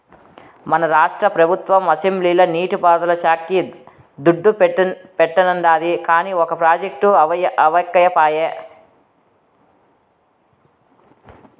మన రాష్ట్ర పెబుత్వం అసెంబ్లీల నీటి పారుదల శాక్కి దుడ్డు పెట్టానండాది, కానీ ఒక ప్రాజెక్టు అవ్యకపాయె